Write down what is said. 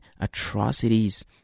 atrocities